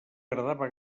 agradava